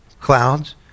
Clouds